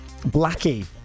Blackie